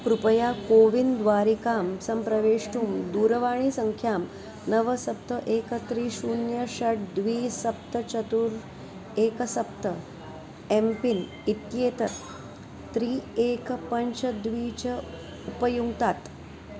कृपया कोविन् द्वारिकां सम्प्रवेष्टुं दूरवाणीसङ्ख्यां नव सप्त एकं त्रि शून्यं षड् द्वि सप्त चतुः एकं सप्त एम्पिन् इत्येतत् त्रि एकं पञ्च द्वि च उपयुङ्क्तात्